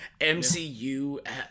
MCU